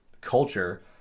culture